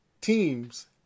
teams